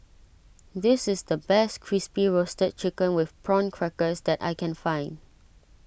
this is the best Crispy Roasted Chicken with Prawn Crackers that I can find